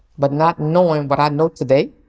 but not knowing what i know today.